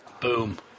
Boom